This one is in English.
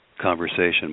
conversation